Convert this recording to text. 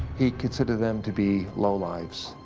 he considered them to be lowlifes.